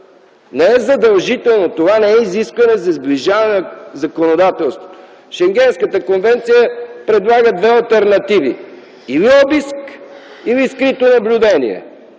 Не е задължително, това не е изискване за сближаване на законодателството. Шенгенската конвенция предлага две алтернативи – или обиск, или скрито наблюдение.